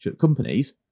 companies